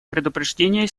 предупреждения